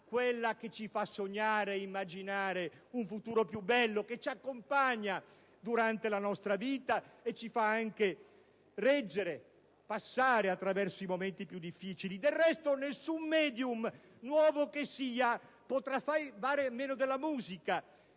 quella che ci fa sognare e immaginare un futuro più bello, che ci accompagna durante la nostra vita e ci fa anche sopportare i momenti più difficili. Del resto, nessuno dei *media*, per nuovo che sia, potrà fare a meno della musica.